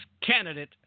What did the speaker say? candidate